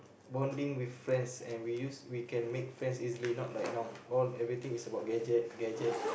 bonding with friends and we used we can make friends easily not like now all everything is about gadget gadget